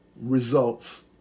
results